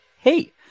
hey